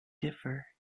differ